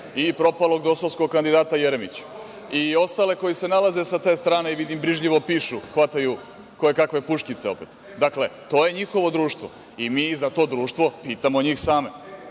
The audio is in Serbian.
i propalog dosovskog kandidata Jeremića i ostale koji se nalaze sa te strane koji vidim bržljivo pišu, hvataju koje kakve puškice. Dakle, to je njihovo društvo i mi ih za to društvo pitamo njih same.